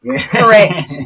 correct